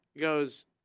goes